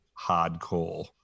hardcore